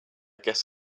guess